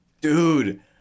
Dude